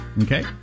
Okay